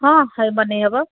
ହଁ ବନାଇ ହବ